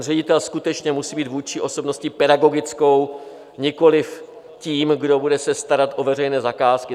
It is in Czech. Ředitel skutečně musí být vůdčí osobností pedagogickou, nikoliv tím, kdo se bude starat o veřejné zakázky.